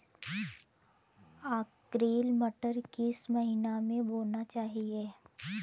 Arkel मटर किस महीना में बोना चाहिए?